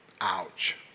Ouch